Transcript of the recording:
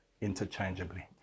interchangeably